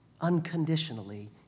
unconditionally